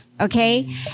Okay